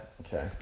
Okay